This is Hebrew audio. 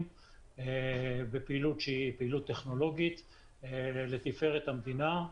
בפעילות שהיא פעילות טכנולוגית לתפארת המדינה.